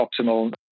optimal